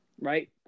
Right